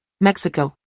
Mexico